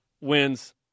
wins